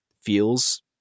feels